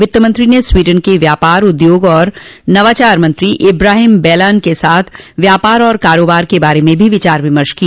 वित्तमंत्री ने स्वीडन के व्यापार उद्योग तथा नवाचार मंत्री इब्राहिम बलान के साथ व्यापार और कारोबार के बारे में भी विचार विमर्श किया